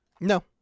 No